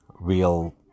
real